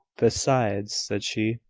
besides, said she,